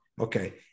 okay